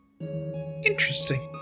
interesting